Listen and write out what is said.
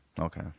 Okay